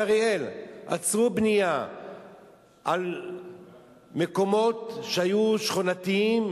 באריאל עצרו בנייה על מקומות שהיו שכונתיים,